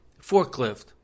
forklift